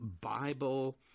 Bible